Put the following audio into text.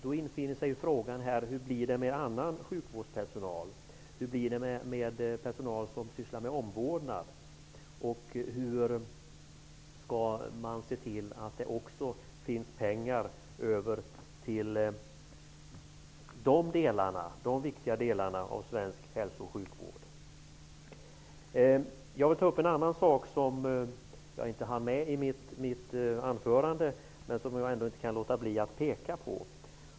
Då infinner sig frågan vad som kommer att hända med den övriga sjukvårdspersonalen. Hur blir det med den personal som arbetar med omvårdnad? Hur skall man se till att det också kommer att finnas pengar över till de viktiga delarna i svensk hälso och sjukvård? Jag vill även ta upp en annan fråga som jag inte hann med i mitt anförande, men som jag ändå inte kan låta bli att peka på.